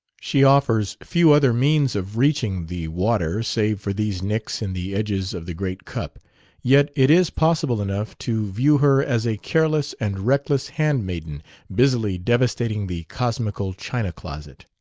she offers few other means of reaching the water save for these nicks in the edges of the great cup yet it is possible enough to view her as a careless and reckless handmaiden busily devastating the cosmical china-closet.